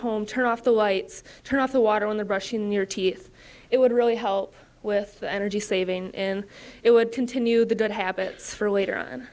home turn off the lights turn off the water on the brushing your teeth it would really help with the energy saving in it would continue the good habits for later on